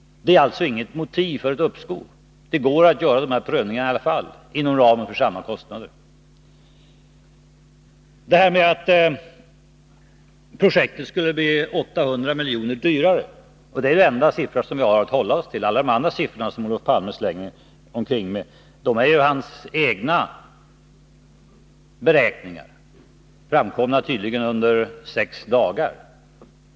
Det är alltså inget motiv för ett uppskov. Det går att göra de här prövningarna i alla fall, inom ramen för projektet. Så till detta att projektet skulle bli 800 miljoner dyrare. Det är den enda siffra vi har att hålla oss till. Alla de andra siffror som Olof Palme slänger omkring sig är ju hans egna beräkningar, framkomna tydligen under sex dagar.